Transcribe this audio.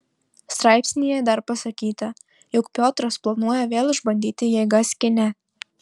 straipsnyje dar pasakyta jog piotras planuoja vėl išbandyti jėgas kine